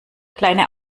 kleine